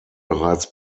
bereits